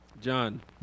John